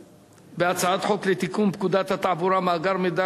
בהצעת חוק לתיקון פקודת התעבורה (מאגר מידע